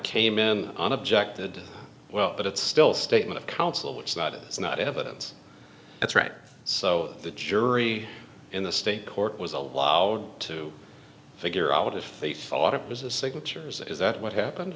came in on objected well but it's still statement of counsel it's not it is not evidence that's right so the jury in the state court was allowed to figure out if they thought it was the signatures is that what happened